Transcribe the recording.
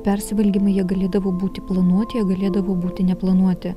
persivalgymai jie galėdavo būti planuoti jie galėdavo būti neplanuoti